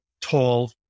tall